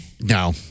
No